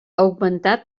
augmentar